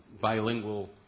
bilingual